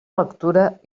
lectura